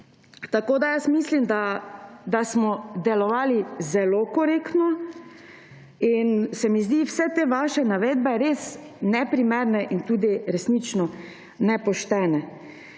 odločili. Jaz mislim, da smo delovali zelo korektno in se mi zdijo vse te vaše navedbe res neprimerne in tudi resnično nepoštene.